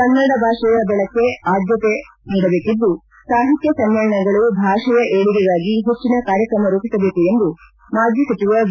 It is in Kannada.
ಕನ್ನಡ ಭಾಷೆಯ ಬಳಕೆ ಆದ್ಯತೆ ನೀಡಬೇಕಿದ್ದು ಸಾಹಿತ್ಯ ಸಮ್ಮೇಳನಗಳು ಭಾಷೆಯ ಏಳಿಗೆಗಾಗಿ ಹೆಚ್ಚಿನ ಕಾರ್ಕ್ರಮ ರೂಪಿಸಬೇಕು ಎಂದು ಮಾಜಿ ಸಚಿವ ಬಿ